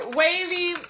wavy